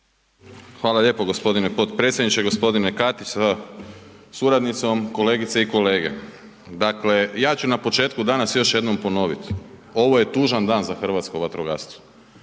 Hvala lijepo gospodine potpredsjedniče. Gospodine Katić sa suradnicom, kolegice i kolege. Dakle, ja ću na početku danas još jednom ponoviti, ovo je tužan dan za hrvatsko vatrogastvo,